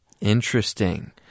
Interesting